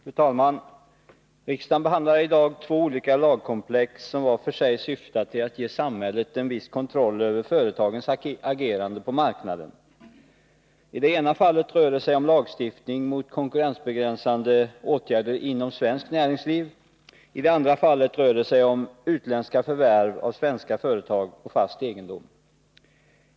Fru talman! Riksdagen behandlar i dag två olika lagkomplex, som vart och ett för sig syftar till att ge samhället en viss kontroll över företagens agerande på marknaden. I det ena fallet rör det sig om lagstiftning mot konkurrensbegränsande åtgärder inom svenskt näringsliv, i det andra fallet om utländska förvärv av svenska företag och fast egendom.